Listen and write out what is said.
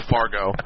Fargo